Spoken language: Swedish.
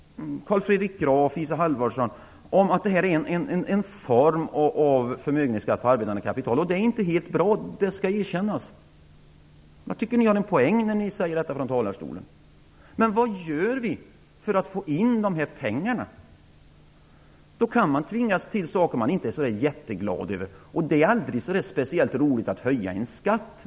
Carl Fredrik Graf och Isa Halvarsson hävdar att detta är en form av förmögenhetsskatt på arbetande kapital. Det skall erkännas att detta inte är helt bra - jag tycker ni har en poäng när ni säger detta från talarstolen. Men vad gör vi för att få in de här pengarna? Man kan tvingas göra saker som man inte är jätteglad över. Det är aldrig speciellt roligt att höja en skatt.